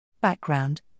Background